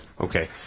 Okay